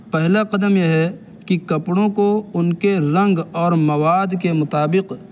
پہلا قدم یہ ہے کہ کپڑوں کو ان کے رنگ اور مواد کے مطابق